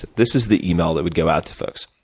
this is the email that would go out to folks.